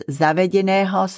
zavedeného